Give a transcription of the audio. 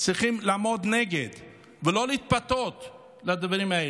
צריכים לעמוד נגד ולא להתפתות לדברים האלה.